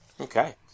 Okay